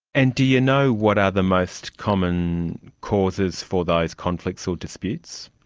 and do you know what are the most common causes for those conflicts or disputes?